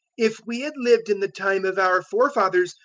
if we had lived in the time of our forefathers,